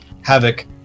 havoc